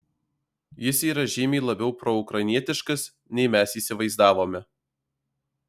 jis yra žymiai labiau proukrainietiškas nei mes įsivaizdavome